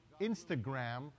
Instagram